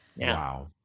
Wow